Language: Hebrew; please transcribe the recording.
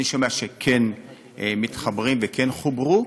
אני שומע שכן מתחברים וכן חוברו.